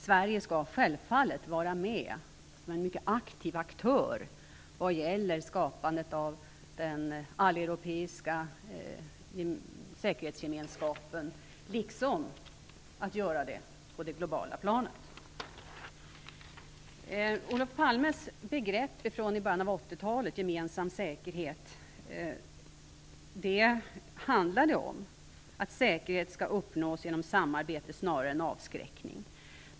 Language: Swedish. Sverige skall självfallet vara med som en mycket aktiv aktör vad gäller skapandet av den alleuropeiska säkerhetsgemenskapen liksom att göra detsamma på det globala planet. Olof Palmes begrepp gemensam säkerhet, från början av 80-talet, handlade om att säkerhet skall uppnås genom samarbete snarare än genom avskräckning.